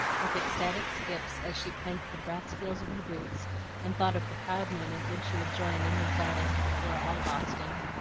with ecstatic skips as she clanked the brass heels of her boots and thought of the proud moment when she would join in the tzardas before all boston.